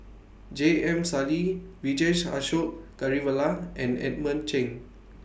J M Sali Vijesh Ashok Ghariwala and Edmund Cheng